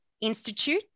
Institute